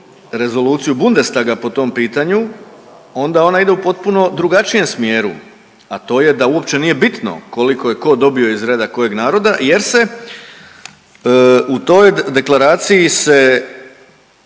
rezoluciju Bundestaga po tom pitanju onda ona ide u potpuno drugačijem smjeru, a to je da uopće nije bitno koliko je ko dobio iz reda kojeg naroda jer se, u toj deklaraciji se